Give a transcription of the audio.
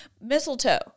Mistletoe